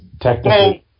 technically